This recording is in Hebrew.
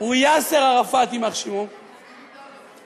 הוא יאסר ערפאת, יימח שמו, אורן, למה,